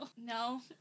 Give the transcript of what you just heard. No